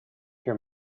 hear